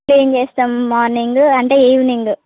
clean చేస్తాం morning అంటే evening